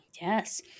Yes